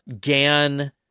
GAN